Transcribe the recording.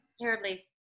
Terribly